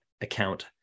account